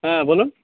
হ্যাঁ বলুন